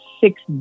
six